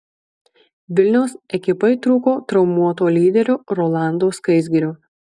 vilniaus ekipai trūko traumuoto lyderio rolando skaisgirio